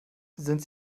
sind